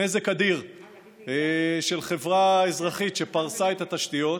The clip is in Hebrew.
נזק אדיר לחברה האזרחית שפרסה את התשתיות.